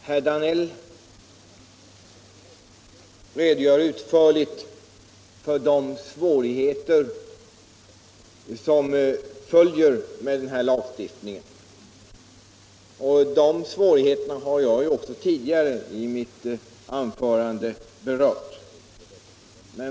Herr talman! Herr Danell redogjorde utförligt för de svårigheter som följer med denna lagstiftning. Dessa svårigheter har jag tidigare i mitt anförande berört.